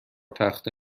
تخته